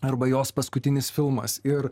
arba jos paskutinis filmas ir